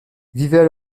vivaient